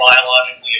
biologically